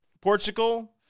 Portugal